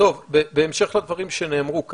בהמשך לדברים שנאמרו כאן,